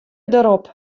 derop